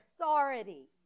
authority